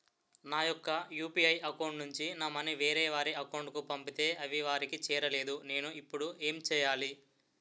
నా యెక్క UPI account నుంచి నా మనీ వేరే వారి అకౌంట్ కు పంపితే అవి వారికి చేరలేదు నేను ఇప్పుడు ఎమ్ చేయాలి?